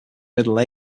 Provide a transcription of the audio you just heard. middle